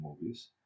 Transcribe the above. movies